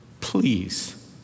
please